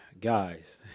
guys